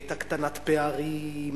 הקטנת פערים,